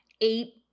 eight